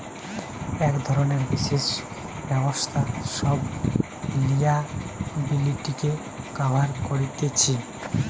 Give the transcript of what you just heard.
এক ধরণের বিশেষ ব্যবস্থা সব লিয়াবিলিটিকে কভার কতিছে